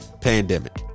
pandemic